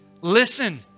listen